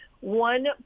One